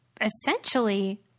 essentially